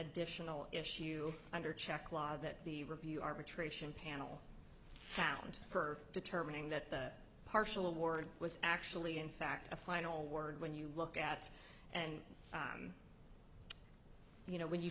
dditional issue under check law that the review arbitration panel found for determining that partial award was actually in fact a final word when you look at and you know when you